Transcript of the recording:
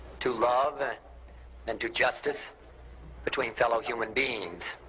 to love ah and to justice between fellow human beings,